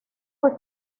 fue